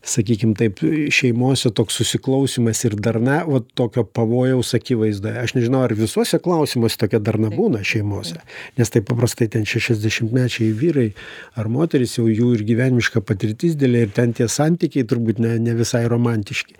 sakykim taip šeimose toks susiklausymas ir darna vat tokio pavojaus akivaizdoje aš nežinau ar visuose klausimuose tokia darna būna šeimose nes taip paprastai ten šešiasdešimtmečiai vyrai ar moterys jau jų ir gyvenimiška patirtis dilė ir ten tie santykiai turbūt ne ne visai romantiški